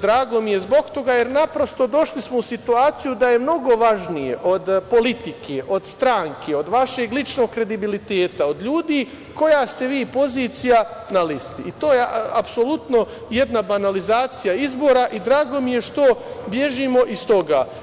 drago mi je zbog toga jer naprosto došli smo u situaciju da je mnogo važnije od politike, od stranke, od vašeg ličnog kredibiliteta, od ljudi koja ste vi pozicija na listi i to je apsolutno jedna banalizacija izbora i drago mi je što bežimo iz toga.